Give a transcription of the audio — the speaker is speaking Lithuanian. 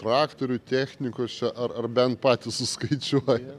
traktorių technikos čia ar ar bent patys suskaičiuoja